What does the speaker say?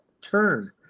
turn